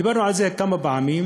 דיברנו על זה כמה פעמים,